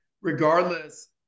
regardless